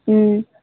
ও